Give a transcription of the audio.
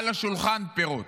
על השולחן פירות.